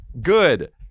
good